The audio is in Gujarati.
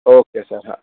ઓકે સર હા